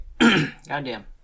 Goddamn